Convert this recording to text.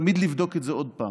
תמיד לבדוק את זה עוד פעם,